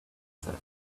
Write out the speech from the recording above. says